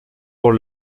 pour